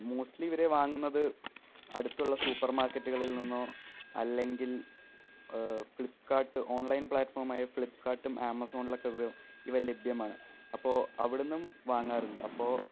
mostly ഇവരെ വാങ്ങുന്നത് അടുത്തുള്ള സൂപ്പർ മാർക്കറ്റുകളിൽ നിന്നോ അല്ലെങ്കിൽ ഫ്ലിപ്കാർട്ട് ഓൺലൈൻ പ്ലാറ്റ്ഫോമായ ഫ്ലിപ്കാർട്ടും ആമസോണിലൊക്കെ ഇവ ലഭ്യമാണ് അപ്പോൾ അവിടെ നിന്നും വാങ്ങാറുണ്ട് അപ്പോൾ